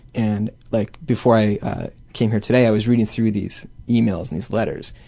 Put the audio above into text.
and like before i came here today i was reading through these emails and these letters,